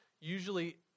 usually